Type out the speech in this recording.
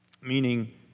meaning